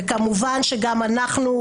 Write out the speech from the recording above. וכמובן גם אנחנו,